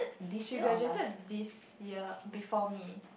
she graduated this year before me